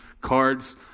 cards